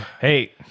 Hey